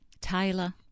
Taylor